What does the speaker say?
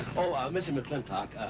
oh, ah, mr. mclintock, ah,